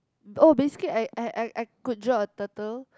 oh basically I I I I could draw a turtle